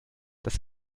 das